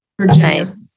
Virginia